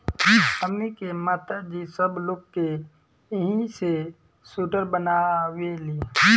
हमनी के माता जी सब लोग के एही से सूटर बनावेली